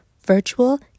virtual